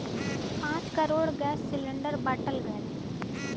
पाँच crore gas cylinder बाँटल गएल